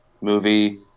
movie